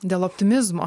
dėl optimizmo